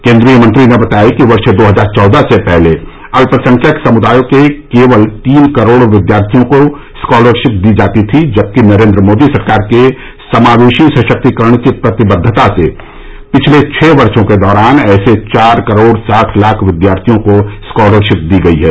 केन्द्रीय मंत्री ने बताया कि वर्ष दो हजार चौदह से पहले अल्पसंख्यक समुदायों के केवल तीन करोड विद्यार्थियों को स्कॉलरशिप दी जाती थी जबकि नरेन्द्र मोदी सरकार के समावेशी सशक्तिकरण की प्रतिबद्धता से पिछले छह वर्षो के दौरान ऐसे चार करोड़ साठ लाख विद्यार्थियों को स्कॉलरशिप दी गई है